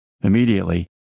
Immediately